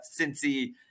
Cincy